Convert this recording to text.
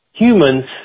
humans